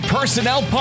Personnel